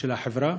של החברה